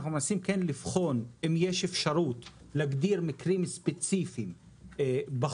אנחנו מנסים לבחון אם יש אפשרות להגדיר מקרים ספציפיים בחוק,